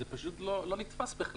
זה לא נתפס.